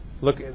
look